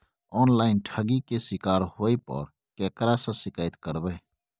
Online ठगी के शिकार होय पर केकरा से शिकायत करबै?